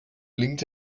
blinkt